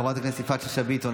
חברת הכנסת יפעת שאשא ביטון,